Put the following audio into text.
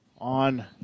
on